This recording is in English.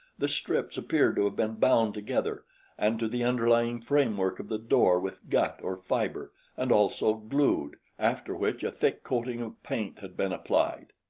the strips appeared to have been bound together and to the underlying framework of the door with gut or fiber and also glued, after which a thick coating of paint had been applied.